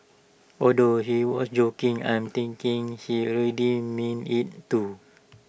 although she was joking I'm thinking she really meant IT too